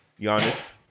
Giannis